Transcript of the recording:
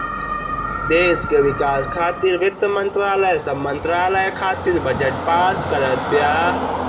देस के विकास खातिर वित्त मंत्रालय सब मंत्रालय खातिर बजट पास करत बिया